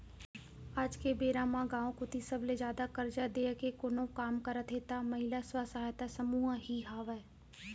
आज के बेरा म गाँव कोती सबले जादा करजा देय के कोनो काम करत हे त महिला स्व सहायता समूह ही हावय